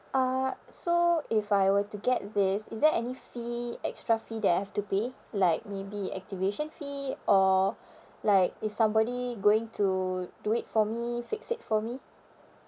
uh so if I were to get this is there any fee extra fee that I have to pay like maybe activation fee or like is somebody going to do it for me fix it for me